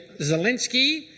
Zelensky